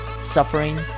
suffering